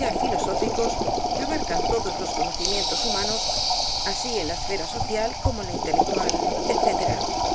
ya filosóficos que abarcan todos los conocimientos humanos así en la esfera social como en la intelectual etcétera